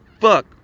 fuck